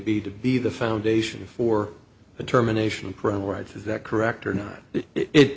be to be the foundation for determination of parental rights is that correct or not